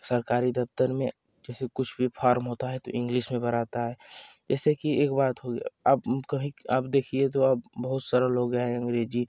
सरकारी दफ़्तर में जैसे कुछ भी फार्म होता है तो इंग्लिस में भराता है जैसे कि एक बात हो गया अब कहें कि अब देखिए तो अब बहुत सारा लोग हैं अंग्रेजी